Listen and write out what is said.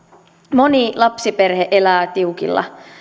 moni lapsiperhe elää tiukilla